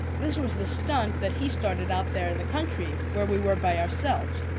this was the stunt that he started out there in the country, where we were by ourselves.